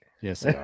Yes